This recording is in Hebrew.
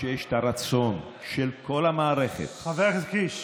וכשיש את הרצון של כל המערכת, חבר הכנסת קיש,